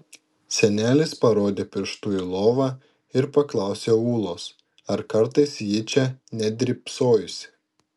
senelis parodė pirštu į lovą ir paklausė ūlos ar kartais ji čia nedrybsojusi